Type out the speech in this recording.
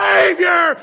Savior